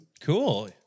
cool